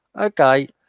Okay